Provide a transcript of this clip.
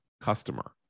customer